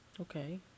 Okay